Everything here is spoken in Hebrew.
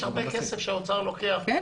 יש הרבה כסף שהאוצר לוקח --- כן,